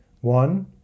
One